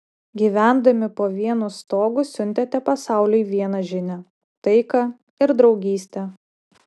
gyvendami po vienu stogu siuntėte pasauliui vieną žinią taiką ir draugystę